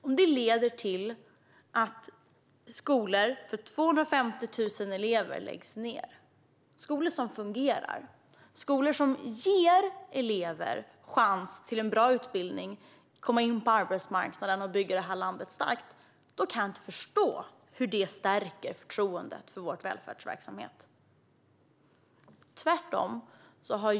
Om det leder till att skolor för 250 000 elever läggs ned - skolor som fungerar och ger elever chans till en bra utbildning, till att komma in på arbetsmarknaden och bygga det här landet starkt - kan jag inte förstå hur det stärker förtroendet för vår välfärdsverksamhet.